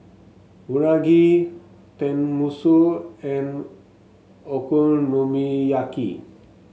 Unagi Tenmusu and Okonomiyaki